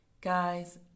Guys